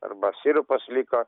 arba sirupas liko